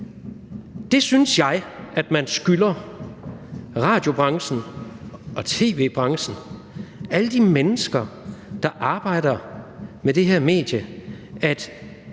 Det synes jeg man skylder radiobranchen og tv-branchen og alle de mennesker, der arbejder med de her medier, altså